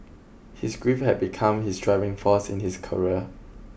his grief had become his driving force in his career